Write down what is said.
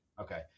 Okay